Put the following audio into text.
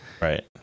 Right